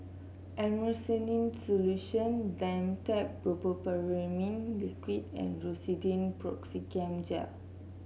Erythroymycin Solution Dimetapp Brompheniramine Liquid and Rosiden Piroxicam Gel